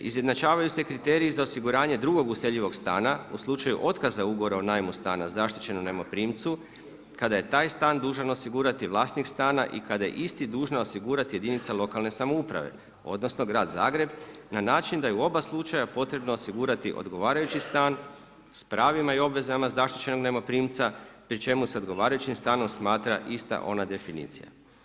Izjednačavaju se kriteriji za osiguranje drugog useljivog stana u slučaju otkaza ugovora o najmu stana zaštićenom najmoprimcu kada je taj stan dužan osigurati vlasnik stana i kada je isti dužna osigurati jedinica lokalne samouprave, odnosno grad Zagreb na način da je u oba slučaja potrebno osigurati odgovarajući stan s pravima i obvezama zaštićenog najmoprimca pri čemu se odgovarajućim stanom smatra ista ona definicija.